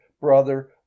brother